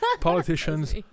politicians